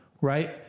right